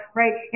right